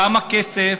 כמה כסף?